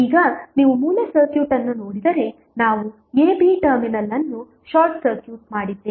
ಈಗ ನೀವು ಮೂಲ ಸರ್ಕ್ಯೂಟ್ ಅನ್ನು ನೋಡಿದರೆ ನಾವು a b ಟರ್ಮಿನಲ್ ಅನ್ನು ಶಾರ್ಟ್ ಸರ್ಕ್ಯೂಟ್ ಮಾಡಿದ್ದೇವೆ